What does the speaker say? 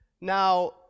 Now